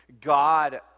God